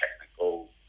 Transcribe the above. technical